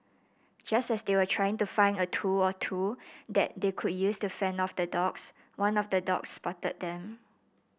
just as they were trying to find a tool or two that they could use to fend off the dogs one of the dogs spotted them